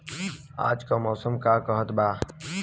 आज क मौसम का कहत बा?